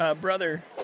brother